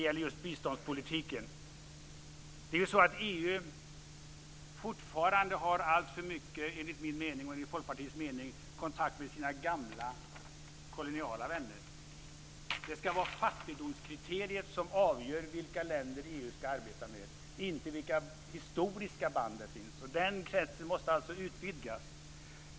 Enligt min och Folkpartiets mening har EU fortfarande alltför mycket kontakt med sina gamla koloniala vänner. Det ska vara fattigdomskriteriet som avgör vilka länder som EU ska arbeta med, inte vilka historiska band det finns. Den kretsen måste alltså utvidgas.